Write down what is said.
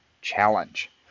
challenge